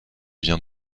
vient